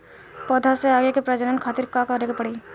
पौधा से आगे के प्रजनन खातिर का करे के पड़ी?